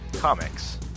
Comics